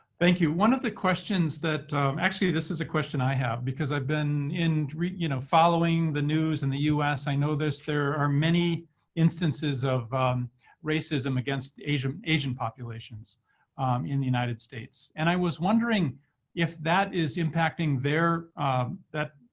thank you. one of the questions that actually, this is a question i have, because i've been you know following the news in the us, i know this. there are many instances of racism against asian asian populations in the united states. and i was wondering if that is impacting that